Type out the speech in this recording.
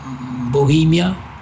Bohemia